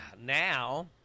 Now